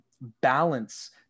balance